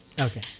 Okay